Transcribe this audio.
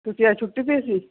ਤੁਸੀਂ ਅੱਜ ਛੁੱਟੀ 'ਤੇ ਸੀ